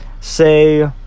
say